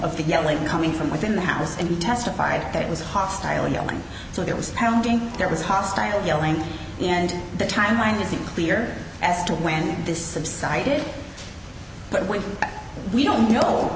of the yelling coming from within the house and he testified that it was hostile and yelling so there was pounding there was hostile yelling and the timeline isn't clear as to when this subsided but when we don't know